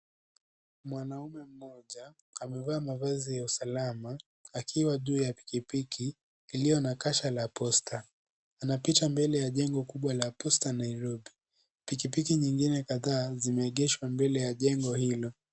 Mwanaume mmoja amevaa mavazi ya usalama akiwa juu ya pikipiki iliyo na kasha ya posta ana picha mbele ya jengo kubwa la posta Nairobi pikipiki nyingine kadhaa zimeegheshwa mbele ya jengo hilo.